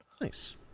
Nice